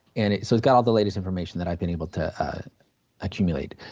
and it's got all the latest information that i've been able to accumulate.